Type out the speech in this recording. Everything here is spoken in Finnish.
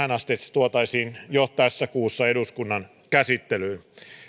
tuotaisiin jo tässä kuussa eduskunnan käsittelyyn